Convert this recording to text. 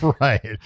Right